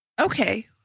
Okay